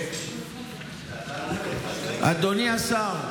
אדוני השר,